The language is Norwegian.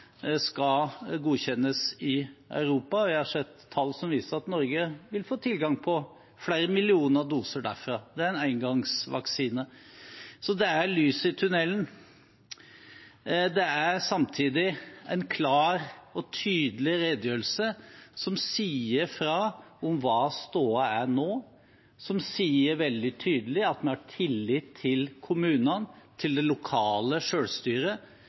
skal godkjennes i Europa, og jeg har sett tall som viser at Norge vil få tilgang på flere millioner doser derfra. Det er en engangsvaksine. Så det er lys i tunnelen. Det er samtidig en klar og tydelig redegjørelse som sier fra om hva stoda er nå, som sier veldig tydelig at en har tillit til kommunene, til det lokale